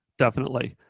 definitely.